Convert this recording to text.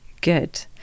Good